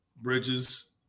bridges